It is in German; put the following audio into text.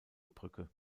brücke